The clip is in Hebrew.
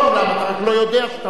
אתה רק לא יודע שאתה לא באולם.